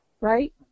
Right